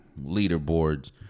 leaderboards